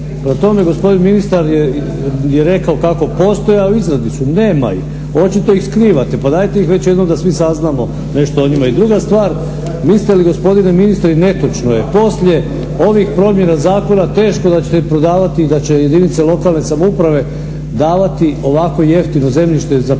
tome, gospodin ministar je rekao kako postoji, ali u izradu su. Nema ih, očito ih skrivate. Pa dajte ih već jednom da svi saznamo nešto o njima. I druga stvar, mislite li, gospodine ministre i netočno je, poslije ovih promjena zakona teško da ćete ih prodavati i da će jedinice lokalne samouprave davati ovako jeftino zemljište za 5